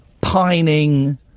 pining